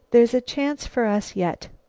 there's a chance for us yet.